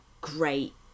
great